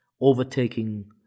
overtaking